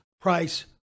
price